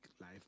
life